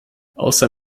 außer